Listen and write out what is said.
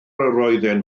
roedden